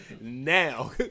now